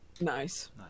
Nice